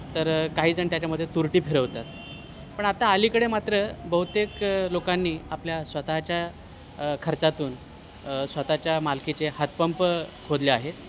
तर काहीजण त्याच्यामध्ये तुरटी फिरवतात पण आता अलीकडे मात्र बहुतेक लोकांनी आपल्या स्वतःच्या खर्चातून स्वतःच्या मालकीचे हातपंप खोदले आहेत